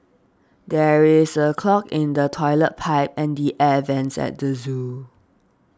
there is a clog in the Toilet Pipe and the Air Vents at the zoo